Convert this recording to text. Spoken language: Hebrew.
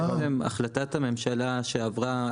החלטת הממשלה שעברה